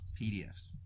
PDFs